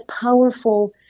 powerful